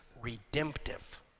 redemptive